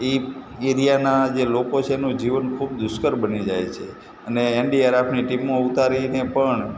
એ એરિયાના જે લોકો છે એમનું જીવન ખૂબ દુષ્કર બની જાય છે અને એન ડી આર એફની ટીમો ઉતારીને પણ